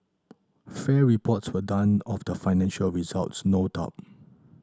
fair reports were done of the financial results no doubt